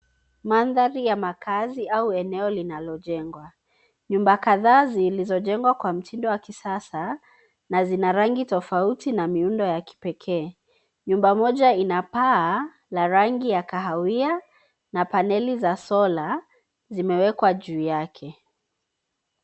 Mandhari ya makazi au eneo linalojengwa. Nyumba kadhaa zilizopangwa kwa mtindo wa kisasa na zina rangi tofauti na miundo ya kipekee. Nyumba moja ina paa la rangi ya kahawia na paneli za sola zimewekwa juu yake